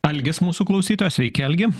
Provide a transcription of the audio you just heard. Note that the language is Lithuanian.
algis mūsų klausytojas sveiki algi